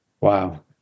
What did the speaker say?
Wow